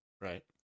right